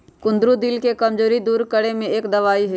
कुंदरू दिल के कमजोरी दूर करे में एक दवाई हई